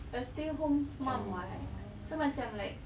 a stay home mum [what] so macam like